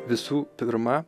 visų pirma